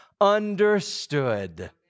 understood